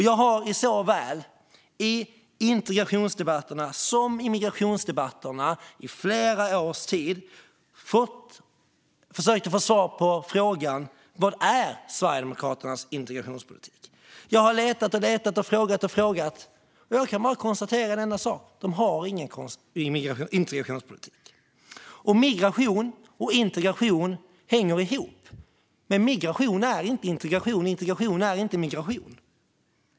Jag har i såväl integrationsdebatterna som i migrationsdebatterna i flera års tid försökt få svar på frågan vad som är Sverigedemokraternas integrationspolitik. Jag har letat och letat och frågat och frågat, och jag kan bara konstanterna en sak: De har ingen integrationspolitik. Migration och integration hänger ihop. Men migration är inte integration, och integration är inte migration.